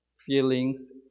feelings